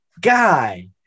guy